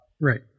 Right